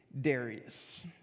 Darius